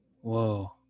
Whoa